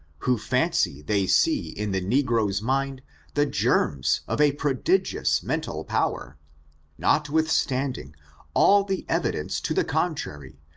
who fancy they see in the negro's mind the germs of a prodigious mental power notwithstanding all the evidence to the contrary,